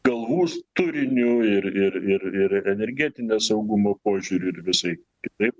galvus turinių ir ir ir ir energetinio saugumo požiūriu ir visai kitaip